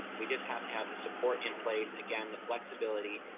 we just have to have the support in place, again, the flexibility,